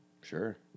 Sure